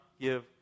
give